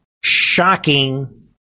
shocking